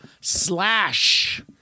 Slash